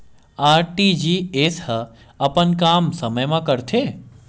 RTGS ह अपन काम समय मा करथे?